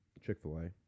Chick-fil-A